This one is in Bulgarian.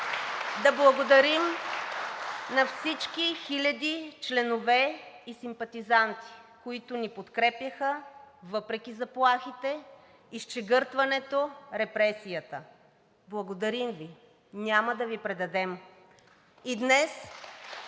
да благодарим на всички хиляди членове и симпатизанти, които ни подкрепяха въпреки заплахите, изчегъртването, репресията. Благодарим Ви, няма да Ви предадем!